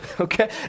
okay